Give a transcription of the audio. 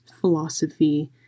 philosophy